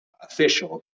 Official